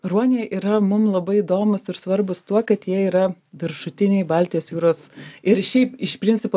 ruoniai yra mum labai įdomūs ir svarbūs tuo kad jie yra viršutinėj baltijos jūros ir šiaip iš principo